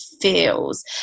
feels